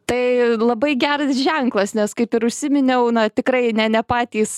tai labai geras ženklas nes kaip ir užsiminiau na tikrai ne ne patys